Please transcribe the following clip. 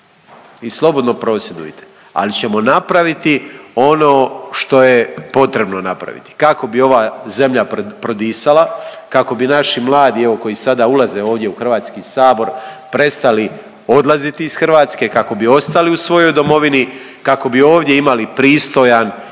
Vi slobodno prosvjedujte, ali ćemo napraviti ono što je potrebno napraviti kako bi ova zemlja prodisala, kako bi naši mladi evo koji sada ulaze ovdje u Hrvatski sabor prestali odlaziti iz Hrvatske, kako bi ostali u svojoj Domovini, kako bi ovdje imali pristojan